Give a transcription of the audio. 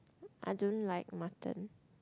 I don't like mutton